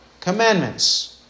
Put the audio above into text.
commandments